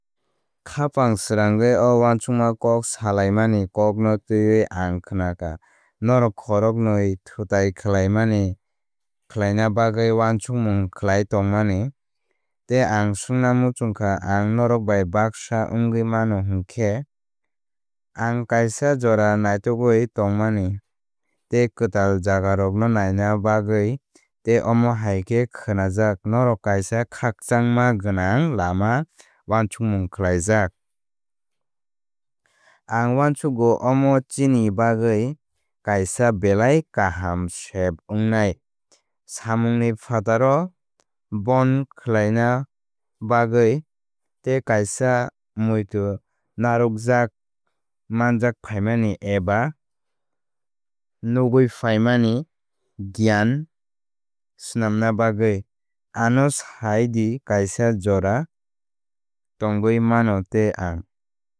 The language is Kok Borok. Khapang srangwi o uansukma kok salaimani kokno twiwi ang khnakha norok khoroknwi thutai kwlaimani khlaina bagwi wansukmung khlai tongmani. Tei ang swngna muchungkha ang norok bai baksa wngwi mano hwnkhe. Ang kaisa jora naitukwi tongmani tei kwtal jagarokno naina bagwi tei omo hai khe khnajak norok kaisa khakchangma gwnang lama wansukmung khlaijak. Ang uansugo omo chwngni bagwi kaisa belai kaham sep wngnai samungni phataro bond khlaina bagwi tei kaisa muitu narwkjak manjakphaimani eba nugwiphaimani gyan swnamna bagwi. Ano sai di kaisa jora tongwi mano tei ang.